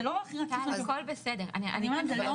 אתם יודעים לנסח את